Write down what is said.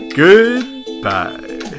goodbye